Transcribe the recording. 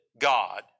God